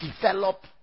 develop